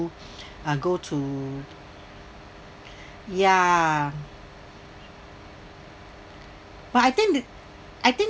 uh go to ya but I think I think